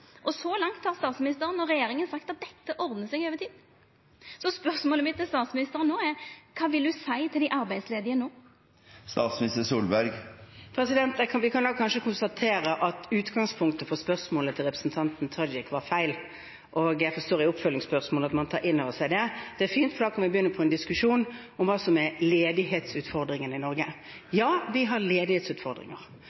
Så langt har statsministeren og regjeringa sagt at dette ordnar seg over tid. Spørsmålet mitt til statsministeren er: Kva vil ho seia til dei arbeidslause no? Vi kan kanskje konstatere at utgangspunktet for spørsmålet til representanten Tajik var feil. Jeg forstår at man tar innover seg det i oppfølgingsspørsmålet. Det er fint, for da kan vi begynne på en diskusjon om hva som er ledighetsutfordringene i Norge.